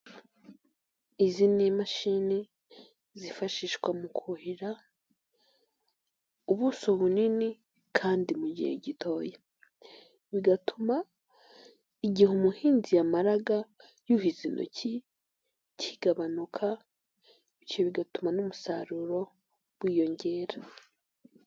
Izi ni imashini zifashishwa mu kuhira ubuso bunini kandi mu gihe gitoya, bigatuma igihe umuhinzi yamaraga yuhiza intoki kigabanuka bityo bigatuma n'umusaruro wiyongera.